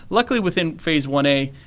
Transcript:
luckily within phase one a,